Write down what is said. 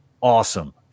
awesome